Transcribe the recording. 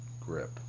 grip